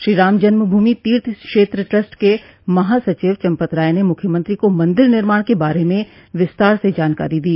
Shriram Janma Bhoomi Teerth Kshetra trust के महा सचिव चंपत राय ने मुख्यमंत्री को मंदिर निर्माण के बारे में विस्तार से जानकारी दी